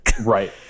Right